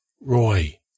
Roy